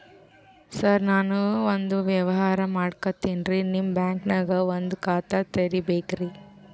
ಸರ ನಾನು ಒಂದು ವ್ಯವಹಾರ ಮಾಡಕತಿನ್ರಿ, ನಿಮ್ ಬ್ಯಾಂಕನಗ ಒಂದು ಖಾತ ತೆರಿಬೇಕ್ರಿ?